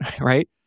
right